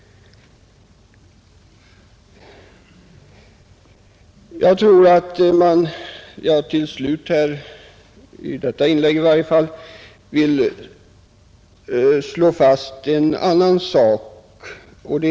Jag vill till slut, i varje fall i detta inlägg, slå fast en annan sak.